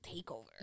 takeover